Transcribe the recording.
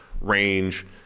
range